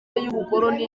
y’ubukoloni